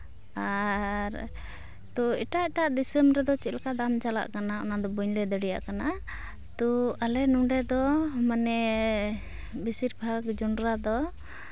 ᱟᱨ ᱛᱚ ᱮᱴᱟᱜ ᱮᱴᱟᱜ ᱫᱤᱥᱚᱢ ᱨᱮᱫᱚ ᱪᱮᱫ ᱞᱮᱠᱟ ᱫᱟᱢ ᱪᱟᱞᱟᱜ ᱠᱟᱱᱟ ᱚᱱᱟᱫᱚ ᱵᱟᱹᱧ ᱞᱟᱹᱭ ᱫᱟᱲᱮᱭᱟᱜ ᱠᱟᱱᱟ ᱛᱚ ᱟᱞᱮ ᱱᱚᱰᱮ ᱫᱚ ᱢᱟᱱᱮ ᱵᱮᱥᱤᱨ ᱵᱷᱟᱜᱽ ᱡᱚᱱᱰᱨᱟ ᱫᱚ